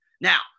Now